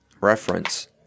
reference